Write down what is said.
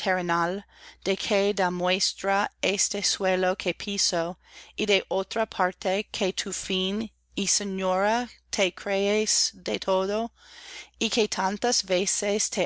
este suelo que piso y de otra parte que tú fin y señora te crees de todo y que tantas veces